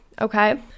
okay